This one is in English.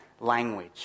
language